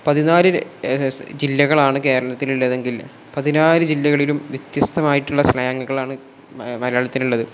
പതിനാല് ജില്ലകളാണ് കേരളത്തിലുള്ളത് എങ്കിൽ പതിനാല് ജില്ലകളിലും വ്യത്യസ്തമായിട്ടുള്ള സ്ലാങ്ങുകളാണ് മലയാളത്തിലുള്ളത്